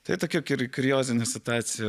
tai tokia kuriozinė situacija